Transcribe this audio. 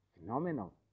phenomenal